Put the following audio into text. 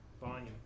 volume